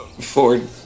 Ford